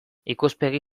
ikuspegi